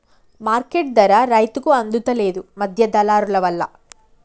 market ధర రైతుకు అందుత లేదు, మధ్య దళారులవల్ల